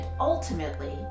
ultimately